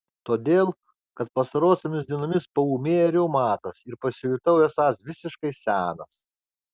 todėl kad pastarosiomis dienomis paūmėjo reumatas ir pasijutau esąs visiškai senas